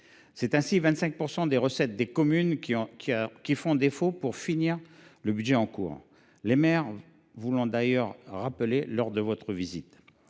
Ce sont ainsi 25 % des recettes des communes qui font défaut pour finir le budget en cours ! Les maires vous l’ont d’ailleurs rappelé lors de votre visite.